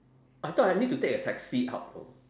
I thought I need to take a taxi up know